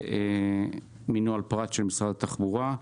זה מנוהל פרט של משרד התחבורה.